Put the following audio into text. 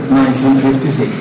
1956